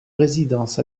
résidence